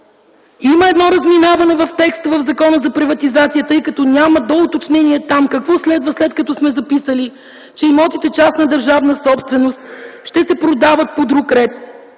Има едно разминаване в текст в Закона за приватизацията, тъй като там няма доуточнение какво следва, след като сме записали, че имотите – частна държавна собственост, ще се продават по друг ред